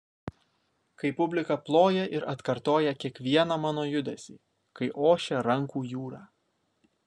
kai publika ploja ir atkartoja kiekvieną mano judesį kai ošia rankų jūra